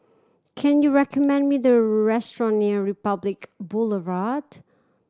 can you recommend me the restaurant near Republic Boulevard